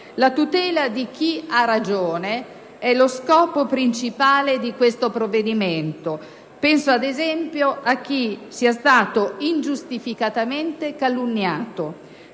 La tutela di chi ha ragione è lo scopo principale di questo provvedimento. Penso ad esempio a chi sia stato ingiustificatamente calunniato: